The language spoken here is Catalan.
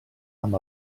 amb